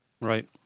Right